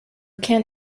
can’t